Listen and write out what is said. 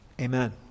Amen